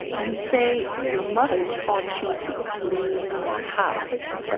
you say your mother taught you to clean house,